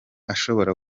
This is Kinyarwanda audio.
ashobora